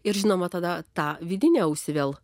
ir žinoma tada tą vidinę ausį vėl